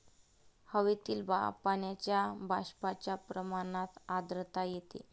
हवेतील पाण्याच्या बाष्पाच्या प्रमाणात आर्द्रता येते